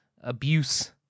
abuse